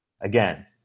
again